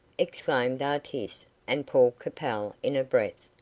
exclaimed artis and paul capel in a breath,